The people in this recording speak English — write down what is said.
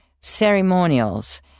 ceremonials